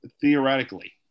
Theoretically